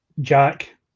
Jack